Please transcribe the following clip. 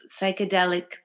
psychedelic